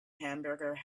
hamburger